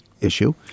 issue